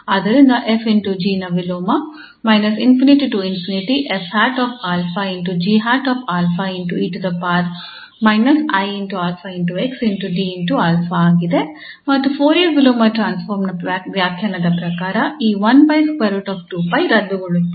ಆದ್ದರಿಂದ 𝑓 ∗ 𝑔 ನ ವಿಲೋಮ ಆಗಿದೆ ಮತ್ತು ಫೋರಿಯರ್ ವಿಲೋಮ ಟ್ರಾನ್ಸ್ಫಾರ್ಮ್ ನ ವ್ಯಾಖ್ಯಾನದ ಪ್ರಕಾರ ಈ ರದ್ದುಗೊಳ್ಳುತ್ತದೆ